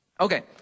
Okay